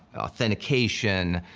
authentication,